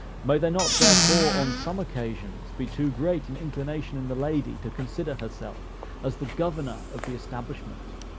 may there not therefore, on some occasions, be too greet an inclination in the lady to consider herself as the governor of the establishment,